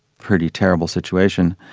pretty terrible situation.